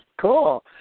Cool